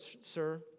sir